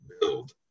build